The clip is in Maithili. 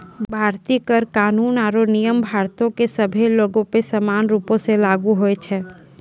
भारतीय कर कानून आरु नियम भारतो के सभ्भे लोगो पे समान रूपो से लागू होय छै